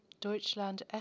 Deutschland